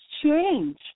change